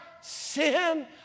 sin